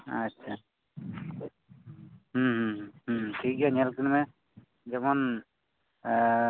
ᱟᱪᱪᱷᱟ ᱦᱩᱸ ᱦᱩᱸ ᱦᱩᱸ ᱦᱩᱸ ᱴᱷᱤᱠ ᱜᱮᱭᱟ ᱧᱮᱞ ᱠᱤᱱ ᱢᱮ ᱡᱮᱢᱚᱱ ᱠᱤᱪᱷᱩ